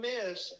Miss